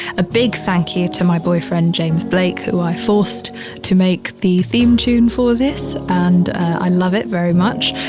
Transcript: a big thank you to my boyfriend, james blake, who i forced to make the theme tune for this and i love it very much.